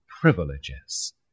privileges